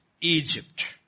Egypt